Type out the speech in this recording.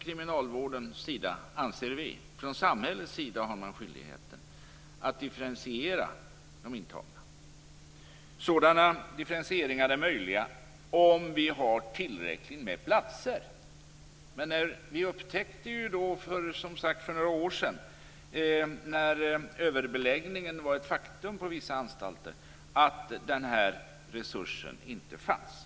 Kriminalvården och samhället har skyldighet att differentiera de intagna, anser vi moderater. Sådana differentieringar är möjliga om det finns tillräckligt med platser. Det upptäcktes som sagt för några år sedan, när överbeläggningen var ett faktum på vissa anstalter, att den resursen inte fanns.